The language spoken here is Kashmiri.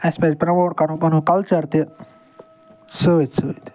اَسہِ پَزِ پرٛموٹ کَرُن پَنُن کَلچَر تہِ سۭتۍ سۭتۍ